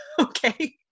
Okay